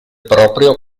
proprio